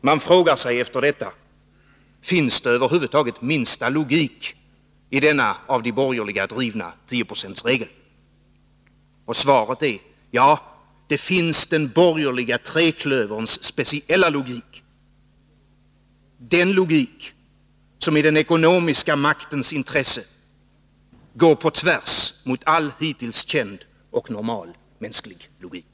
Man frågar sig efter detta: Finns det över huvud taget minsta logik i denna av de borgerliga drivna tioprocentsregel? Och svaret är: Ja, det finns den borgerliga treklöverns speciella logik, den logik som i den ekonomiska maktens intresse går på tvärs mot all hittills känd och normal mänsklig logik.